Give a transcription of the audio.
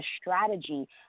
strategy